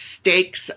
stakes